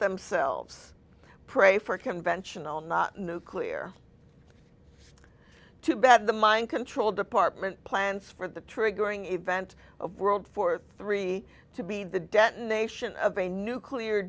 themselves pray for conventional not nuclear too bad the mind control department plans for the triggering event of world for three to be the detonation of a nuclear